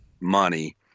money